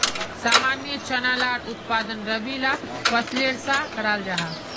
सामान्य चना लार उत्पादन रबी ला फसलेर सा कराल जाहा